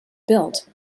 built